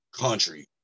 Country